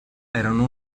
erano